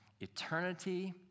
eternity